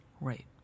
Right